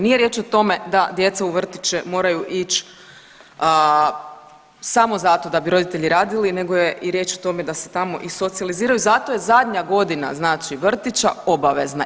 Nije riječ o tome da djeca u vrtiće moraju ići samo zato da bi roditelji radili nego je i riječ o tome da se tamo i socijaliziraju zato je zadnja godina znači vrtića obavezna.